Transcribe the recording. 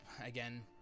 again